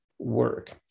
work